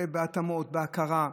ההתאמות, ההכרה,